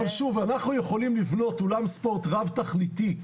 אבל שוב אנחנו יכולים לבנות אולם ספורט רב תכליתי.